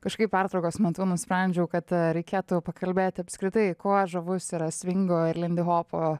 kažkaip pertraukos metu nusprendžiau kad reikėtų pakalbėt apskritai kuo žavus yra svingo ir lindihopo